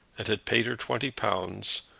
and had paid her twenty pounds,